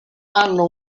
hanno